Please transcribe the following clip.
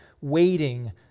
waiting